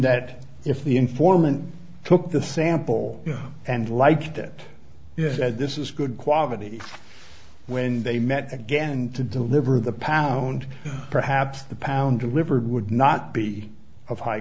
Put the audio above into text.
that if the informant took the sample and liked it yes said this is good quality when they met again to deliver the pound perhaps the pound delivered would not be of high